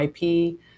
IP